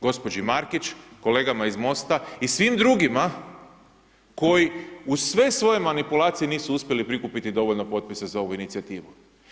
G. Markić, kolegama iz MOST-a i svim drugima koji uz sve svoje manipulacije nisu uspjeli prikupiti dovoljno potpisa za ovu inicijativu.